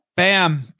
Bam